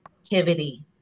activity